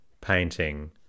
painting